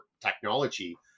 technology